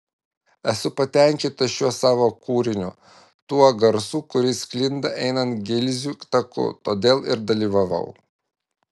esu patenkinta šiuo savo kūriniu tuo garsu kuris sklinda einant gilzių taku todėl ir dalyvavau